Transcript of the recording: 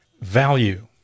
value